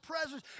presence